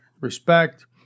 respect